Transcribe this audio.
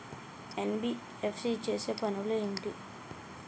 NBFC చేసే పనులు ఏమిటి?